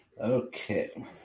Okay